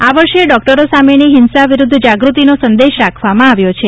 આ વર્ષે ડોક્ટરો સામેની હિંસા વિરૂદ્ધ જાગૃતિનો સંદેશ રાખવામાં આવ્યો છે